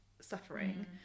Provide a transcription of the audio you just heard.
suffering